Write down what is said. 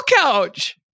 couch